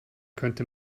könnte